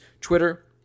twitter